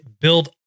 build